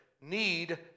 Need